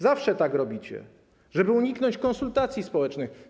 Zawsze tak robicie, żeby uniknąć konsultacji społecznych.